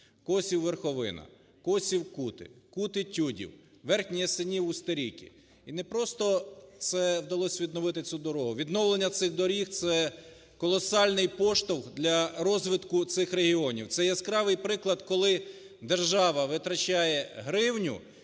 Косів-Верховина, Косів-Кути, Кути-Тюдів, Верхній Ясенів-Устеріки, і непросто це вдалося відновити цю дорогу. Відновлення цих доріг - це колосальний поштовх для розвитку цих регіонів. Це яскравий приклад, коли держава витрачає гривню